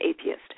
atheist